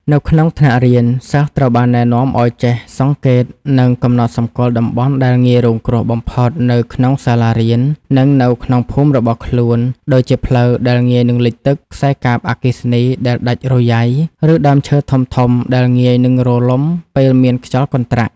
នៅក្នុងថ្នាក់រៀន សិស្សត្រូវបានណែនាំឱ្យចេះសង្កេត និងកំណត់សម្គាល់តំបន់ដែលងាយរងគ្រោះបំផុតនៅក្នុងសាលារៀន និងនៅក្នុងភូមិរបស់ខ្លួន ដូចជាផ្លូវដែលងាយនឹងលិចទឹក ខ្សែកាបអគ្គិសនីដែលដាច់រយ៉ៃ ឬដើមឈើធំៗដែលងាយនឹងរលំពេលមានខ្យល់កន្ត្រាក់។